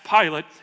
Pilate